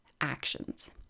actions